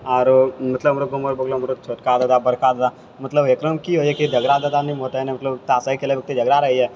आरो मतलब हमरा गााँवमे बगलोमे हमर छोटका ददा बड़का ददा मतलब एकरामे की होइ हय कि झगड़ा ददानीमे होतै मतलब तासे खेलै ओते झगड़ा रहैए